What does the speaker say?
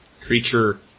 creature